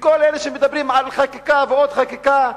וכל אלה שמדברים על חקיקה ועוד חקיקה,